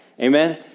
Amen